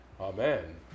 Amen